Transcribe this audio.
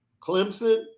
Clemson